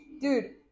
Dude